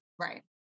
right